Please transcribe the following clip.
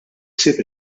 ħsieb